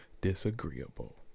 disagreeable